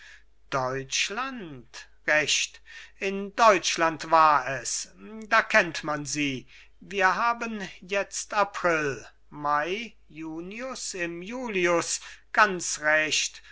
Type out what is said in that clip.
deutschland recht in deutschland war es da kennt man sie wir haben jetzt april mai junius im julius ganz recht